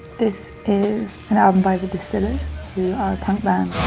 this is an album by the distillers who are a punk band.